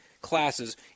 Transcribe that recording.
classes